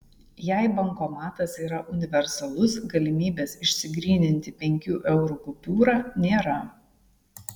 jei bankomatas yra universalus galimybės išsigryninti penkių eurų kupiūrą nėra